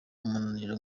umunaniro